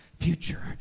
Future